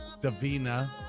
Davina